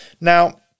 Now